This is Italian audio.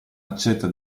accetta